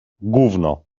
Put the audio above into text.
gówno